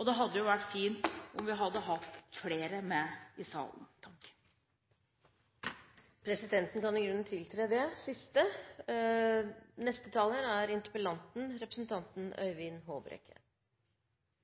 og det hadde vært fint om vi hadde hatt flere med i salen. Presidenten kan i grunnen tiltre det siste. Jeg takker statsråden for svaret. Svaret som statsråden gir, er